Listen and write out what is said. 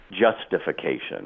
justification